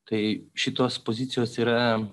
kai šitos pozicijos yra